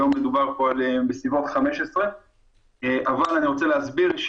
היום מדובר פה בסביבות 15. אבל אני רוצה להסביר,